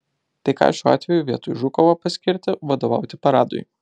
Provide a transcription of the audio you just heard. tai ką šiuo atveju vietoj žukovo paskirti vadovauti paradui